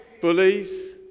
Bullies